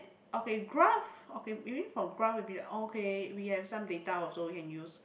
okay graph okay maybe from graph will be like okay we have some data also you can use